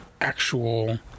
actual